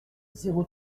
zéro